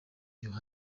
your